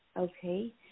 Okay